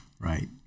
Right